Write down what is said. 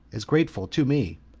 as grateful to me,